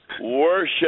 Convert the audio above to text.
worship